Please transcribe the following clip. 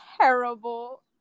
terrible